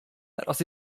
teraz